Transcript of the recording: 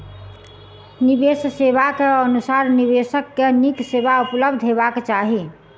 निवेश सेवा के अनुसार निवेशक के नीक सेवा उपलब्ध हेबाक चाही